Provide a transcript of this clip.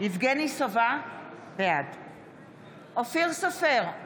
יבגני סובה, בעד אופיר סופר,